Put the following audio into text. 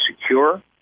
secure